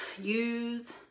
use